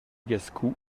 gascous